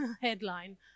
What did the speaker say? headline